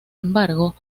embargo